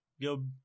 Yo